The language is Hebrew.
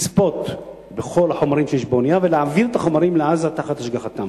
לצפות בכל החומרים שיש באונייה ולהעביר את החומרים לעזה תחת השגחתם.